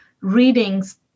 readings